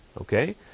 Okay